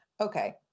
Okay